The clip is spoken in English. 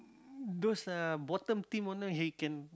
mm those uh bottom team owner he can